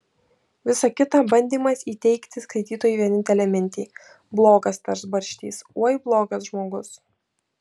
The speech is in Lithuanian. visa kita bandymas įteigti skaitytojui vienintelę mintį blogas tas barštys oi blogas žmogus